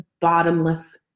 bottomless